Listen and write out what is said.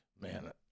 Man